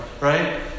right